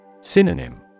Synonym